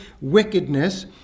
wickedness